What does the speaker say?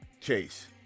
chase